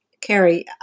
Carrie